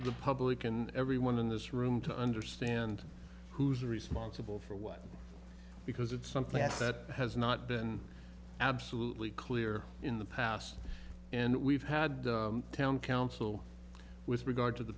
the public and everyone in this room to understand who's responsible for what because it's something that has not been absolutely clear in the past and we've had town council with regard to the